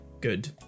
good